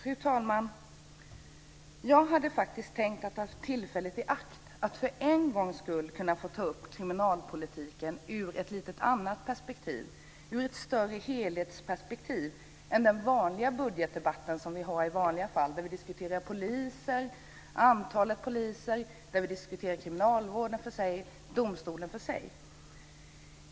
Fru talman! Jag hade faktiskt tänkt ta tillfället i akt att för en gångs skull ta upp kriminalpolitiken ur ett lite annat perspektiv, ur ett större helhetsperspektiv än i den budgetdebatt som vi har i vanliga fall, där vi diskuterar polisen och antalet poliser för sig, kriminalvården för sig och domstolarna för sig.